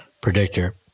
predictor